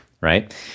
right